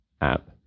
app